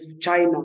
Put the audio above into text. China